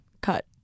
cut